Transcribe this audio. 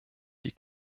die